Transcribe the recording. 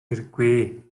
хэрэггүй